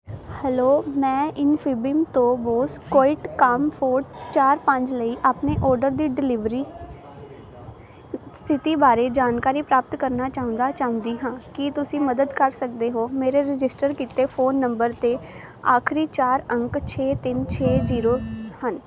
hello ਮੈਂ Infibeam ਤੋਂ Bose QuietComfort ਚਾਰ ਪੰਜ ਲਈ ਆਪਣੇ ਔਡਰ ਦੀ ਡਿਲੀਵਰੀ ਸਥਿਤੀ ਬਾਰੇ ਜਾਣਕਾਰੀ ਪ੍ਰਾਪਤ ਕਰਨਾ ਚਾਹੁੰਦਾ ਚਾਹੁੰਦੀ ਹਾਂ ਕੀ ਤੁਸੀਂ ਮਦਦ ਕਰ ਸਕਦੇ ਹੋ ਮੇਰੇ ਰਜਿਸਟਰ ਕੀਤੇ ਫ਼ੋਨ ਨੰਬਰ ਦੇ ਆਖਰੀ ਚਾਰ ਅੰਕ ਛੇ ਤਿੰਨ ਛੇ ਜੀਰੋ ਹਨ